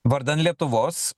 vardan lietuvos